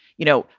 you know,